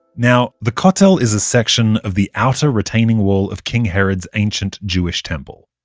now the kotel is a section of the outer retaining wall of king herod's ancient jewish temple.